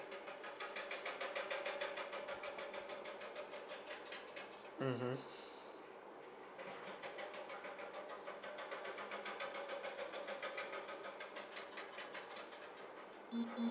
mmhmm